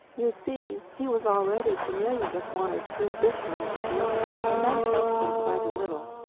you see, he was already familiar with one or two fish languages and that helped him quite a little.